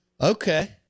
Okay